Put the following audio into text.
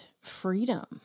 freedom